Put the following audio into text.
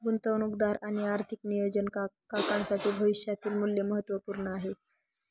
गुंतवणूकदार आणि आर्थिक नियोजन काकांसाठी भविष्यातील मूल्य महत्त्वपूर्ण आहे